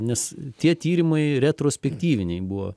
nes tie tyrimai retrospektyviniai buvo